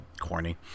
corny